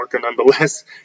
nonetheless